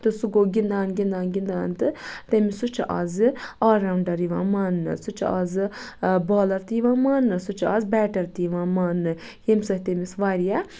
تہٕ سُہ گوٚو گِندان گِندان گِندان تہٕ تٔمۍ سُہ چھُ اَزٕ آل رَونڑَر یِوان ماننہٕ سُہ چھُ اَز بالَر تہِ یِوان ماننہٕ سُہ چھُ اَز بیٹَر تہِ یِوان ماننہٕ ییٚمہِ سۭتۍ تٔمِس واریاہ